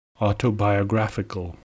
Autobiographical